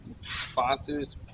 sponsors